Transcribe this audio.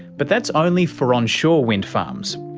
but that's only for onshore wind farms.